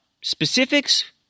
specifics